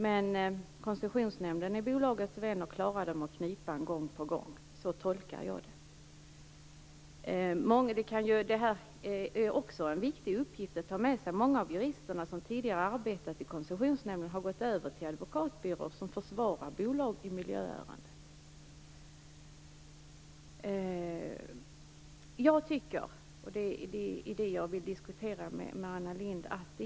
Men Koncessionsnämnden är bolagens vän och klarar dem ur knipan gång på gång. Så tolkar jag det. Många av de jurister som tidigare arbetade i Koncessionsnämnden har gått över till advokatbyråer som försvarar bolag i miljöärenden. Det är också viktigt att notera.